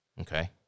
Okay